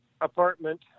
apartment